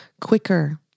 quicker